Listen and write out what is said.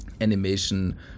animation